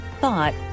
thought